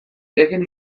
egin